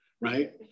Right